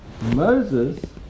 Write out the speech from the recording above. Moses